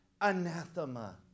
anathema